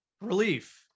relief